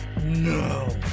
no